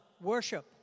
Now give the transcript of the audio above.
worship